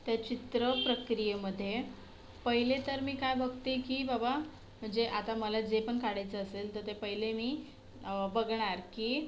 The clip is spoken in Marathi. ते चित्र प्रक्रियेमध्ये पहिले तर मी काय बघते की बबा जे आता मला जे पण काढायचं असेल तर ते पहिले मी बघणार की